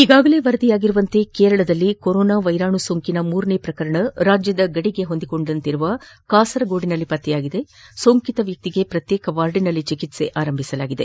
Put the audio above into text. ಈಗಾಗಲೇ ವರದಿಯಾಗಿರುವಂತೆ ಕೇರಳದಲ್ಲಿ ಕೊರೋನಾ ವೈರಾಣು ಸೊಂಕಿನ ಮೂರನೇಯ ಪ್ರಕರಣ ರಾಜ್ಯದ ಗಡಿಯಲ್ಲಿನ ಕಾಸರಗೋಡಿನಲ್ಲಿ ಪತ್ತೆಯಾಗಿದ್ದು ಸೋಂಕಿತ ವ್ಯಕ್ತಿಗೆ ಪ್ರತ್ಯೇಕ ವಾರ್ಡ್ನಲ್ಲಿ ಚಿಕಿತ್ಸೆ ಆರಂಭಿಸಲಾಗಿದೆ